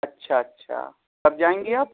اچھا اچھا کب جائیں گی آپ